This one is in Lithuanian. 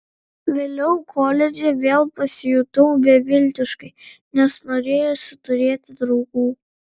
vėliau koledže vėl pasijutau beviltiškai nes norėjosi turėti draugų